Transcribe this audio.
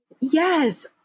Yes